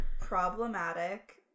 problematic